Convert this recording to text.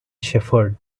shepherd